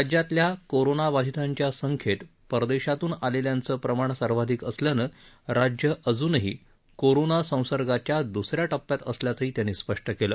राज्यातल्या कोरोनाबाधितांच्या संख्येत परदेशातून आलेल्यांचं प्रमाण सर्वाधिक असल्यानं राज्य अजूनही कोरोना संसर्गाच्या दुसऱ्या टप्प्यात असल्याचंही त्यांनी स्पष्ट केलं